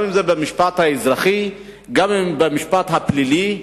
אם זה במשפט האזרחי ואם זה במשפט הפלילי.